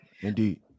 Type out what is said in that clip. Indeed